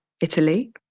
Italy